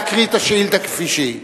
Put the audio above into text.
כעת להקריא את השאילתא כפי שהיא.